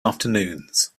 afternoons